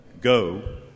Go